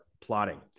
plotting